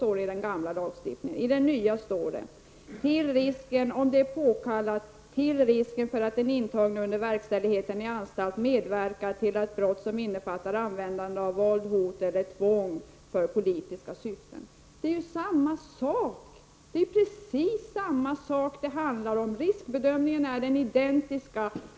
I det nya lagförslaget står det: ”-—- om det är påkallat med hänsyn till ——- risken för att den intagne under verkställigheten i anstalt medverkar till brott som innefattar användande av våld, hot eller tvång för politiska syften.” Det handlar om precis samma sak — riskbedömningen är identisk.